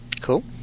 Cool